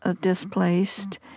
displaced